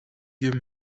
give